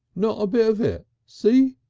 not a bit of it. see?